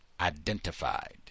identified